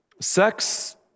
sex